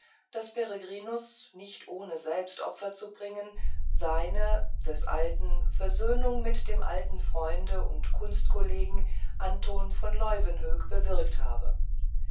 peregrinus nicht ohne selbst opfer zu bringen seine des alten versöhnung mit dem alten freunde und kunstkollegen anton von leuwenhoek bewirkt habe